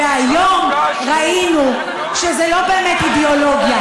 והיום ראינו שזו לא באמת אידאולוגיה,